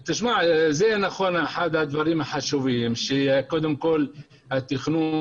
אתה רוצה להגיד שהמסמך לי שהמסמך שהעברת אליי עם התקציבים,